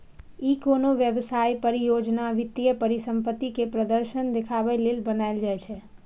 ई कोनो व्यवसाय, परियोजना, वित्तीय परिसंपत्ति के प्रदर्शन देखाबे लेल बनाएल जाइ छै